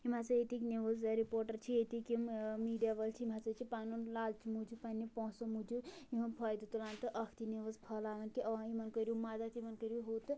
یِم ہسا ییٚتِکۍ نِوٕز ٲں رِپورٹر چھِ ییٚتِکۍ یِم ٲں میٖڈیا وٲلۍ چھِ یِم ہسا چھِ پنُن لالچہٕ موٗجوٗب پننہِ پونٛسو موٗجوٗب یِمن فٲیدٕ تُلان تہٕ ٲکھتی نِوٕز پھٔہلاوان کہِ آ یِمن کٔرِو مَدد یِمن کٔرِو ہُہ تہٕ